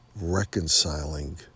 reconciling